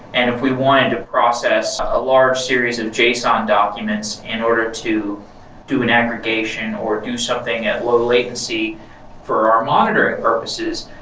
and if we wanted to process a large series of json documents in order to do an aggregation, or do something at low latency for our monitoring purposes,